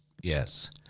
yes